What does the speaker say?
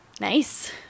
Nice